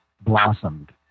blossomed